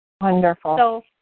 Wonderful